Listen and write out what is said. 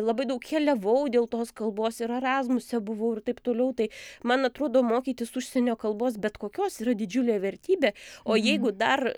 labai daug keliavau dėl tos kalbos ir erazmuse buvau ir taip toliau tai man atrodo mokytis užsienio kalbos bet kokios yra didžiulė vertybė o jeigu dar